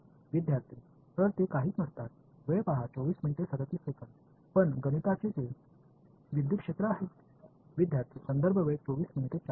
மாணவர் மற்றும் 2 என நாங்கள் அறிமுகப்படுத்தியவைதான் மாணவர் அவைகள் எதுவும் இல்லை கணித ரீதியாக அவை மின்சார புலங்கள்